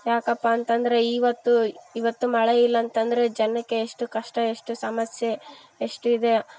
ಯಾಕಪ್ಪ ಅಂತಂದರೆ ಈವತ್ತು ಇವತ್ತು ಮಳೆ ಇಲ್ಲ ಅಂತಂದರೆ ಜನಕ್ಕೆ ಎಷ್ಟು ಕಷ್ಟ ಎಷ್ಟು ಸಮಸ್ಯೆ ಎಷ್ಟು ಇದೆ